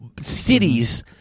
cities